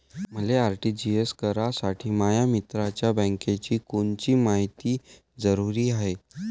मले आर.टी.जी.एस करासाठी माया मित्राच्या बँकेची कोनची मायती जरुरी हाय?